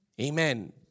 Amen